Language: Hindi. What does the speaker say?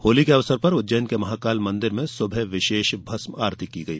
होली के अवसर पर उज्जैन के महाकाल मंदिर में सुबह विशेष भस्म आरती की गई